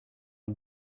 had